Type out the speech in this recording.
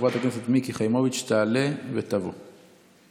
מיקי חיימוביץ' 12 בעד.